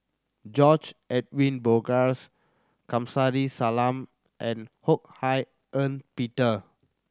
George Edwin Bogaars Kamsari Salam and Ho Hak Ean Peter